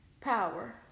Power